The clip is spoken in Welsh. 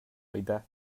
oeddet